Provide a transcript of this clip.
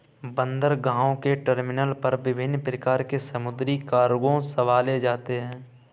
बंदरगाहों के टर्मिनल पर विभिन्न प्रकार के समुद्री कार्गो संभाले जाते हैं